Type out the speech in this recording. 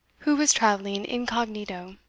who was travelling incognito.